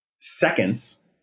seconds